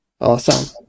awesome